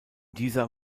dieser